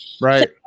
Right